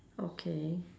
okay